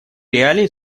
реалии